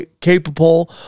capable